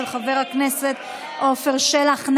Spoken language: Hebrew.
של חבר הכנסת עפר שלח.